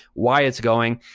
why it's going.